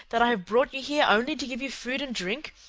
that i have brought you here only to give you food and drink?